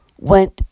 went